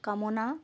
কামনা